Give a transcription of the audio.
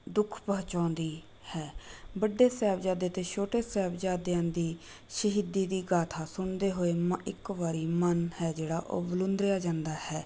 ਦੁੱਖ ਪਹੁੰਚਾਉਂਦੀ ਹੈ ਵੱਡੇ ਸਾਹਿਬਜ਼ਾਦੇ ਅਤੇ ਛੋਟੇ ਸਾਹਿਬਜ਼ਾਦਿਆਂ ਦੀ ਸ਼ਹੀਦੀ ਦੀ ਗਾਥਾ ਸੁਣਦੇ ਹੋਏ ਮਾ ਇੱਕ ਵਾਰੀ ਮਨ ਹੈ ਜਿਹੜਾ ਉਹ ਵਲੂੰਦਰਿਆ ਜਾਂਦਾ ਹੈ